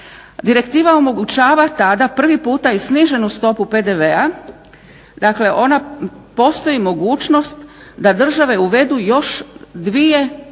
Direktiva omogućava tada prvi puta i sniženu stopu PDV-a, dakle postoji mogućnost da države uvedu još dvije,